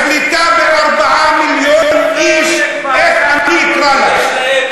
השליטה בארבעה מיליון איש, איך אני אקרא לה?